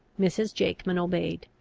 mrs. jakeman obeyed.